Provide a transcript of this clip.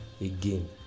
again